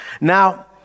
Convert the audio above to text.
Now